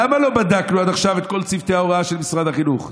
למה לא בדקנו עד עכשיו את כל צוותי ההוראה של משרד החינוך?